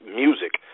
music